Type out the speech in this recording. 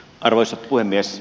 arvoisa puhemies